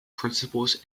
principles